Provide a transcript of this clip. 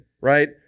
right